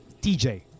tj